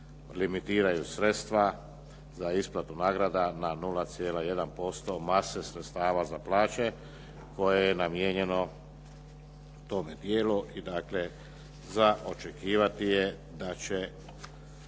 limitiraju sredstva za isplatu nagrada na 0,1% mase sredstava za plaće koje je namijenjeno tome dijelu. I dakle, za očekivati je da će